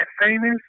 famous